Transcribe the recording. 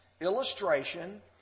illustration